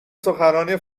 سخنرانی